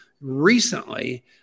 recently